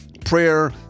prayer